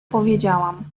powiedziałam